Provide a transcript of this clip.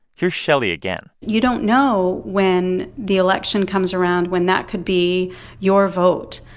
here's shelly again you don't know, when the election comes around, when that could be your vote.